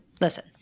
Listen